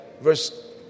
verse